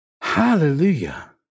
Hallelujah